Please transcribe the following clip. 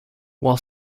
while